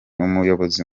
umuyobozi